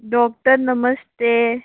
doctor नमस्ते